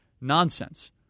nonsense